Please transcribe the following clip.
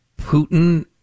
Putin